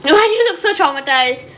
and why do you look so traumatised